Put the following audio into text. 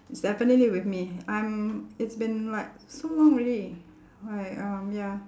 it's definitely with me I'm it's been like so long already like um ya